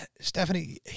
Stephanie